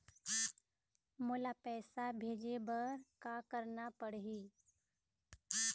मोला पैसा भेजे बर का करना पड़ही?